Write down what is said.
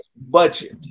Budget